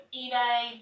eBay